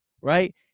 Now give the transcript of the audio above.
right